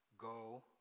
Go